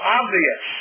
obvious